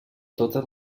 totes